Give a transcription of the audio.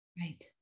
right